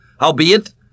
Howbeit